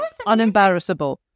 unembarrassable